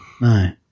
No